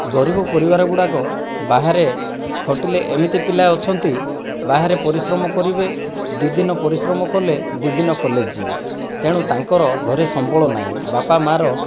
ଗରିବ ପରିବାର ଗୁଡ଼ାକ ବାହାରେ ଖଟିଲେ ଏମିତି ପିଲା ଅଛନ୍ତି ବାହାରେ ପରିଶ୍ରମ କରିବେ ଦୁଇ ଦିନ ପରିଶ୍ରମ କଲେ ଦୁଇ ଦିନ କଲେଜ ଯିବେ ତେଣୁ ତାଙ୍କର ଘରେ ସମ୍ବଳ ନାହିଁ ବାପା ମା'ର